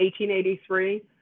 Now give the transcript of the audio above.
1883